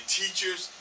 teachers